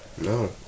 no